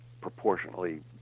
proportionately